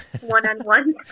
one-on-one